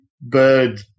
bird